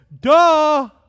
Duh